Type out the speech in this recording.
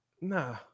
Nah